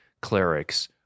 clerics